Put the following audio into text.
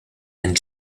and